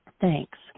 Thanks